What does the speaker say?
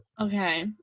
Okay